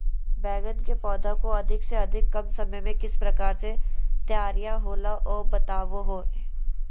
बैगन के पौधा को अधिक से अधिक कम समय में किस प्रकार से तैयारियां होला औ बताबो है?